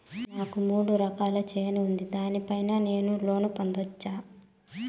నాకు మూడు ఎకరాలు చేను ఉంది, దాని పైన నేను లోను పొందొచ్చా?